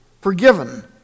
forgiven